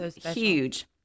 huge